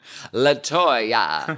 Latoya